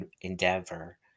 endeavor